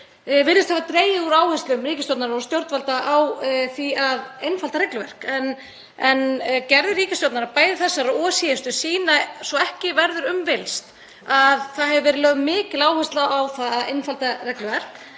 virðist hafa dregið úr áherslum ríkisstjórnarinnar og stjórnvalda á því að einfalda regluverk. En gerðir ríkisstjórnarinnar, bæði þessarar og síðustu, sýna svo ekki verður um villst að það hefur verið lögð mikil áhersla á að einfalda regluverk.